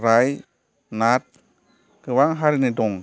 राय नाथ गोबां हारिनि दं